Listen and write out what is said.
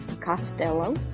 Costello